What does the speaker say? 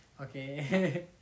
Okay